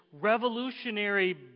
revolutionary